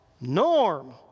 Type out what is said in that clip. Norm